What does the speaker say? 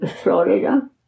Florida